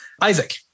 Isaac